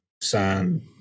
sign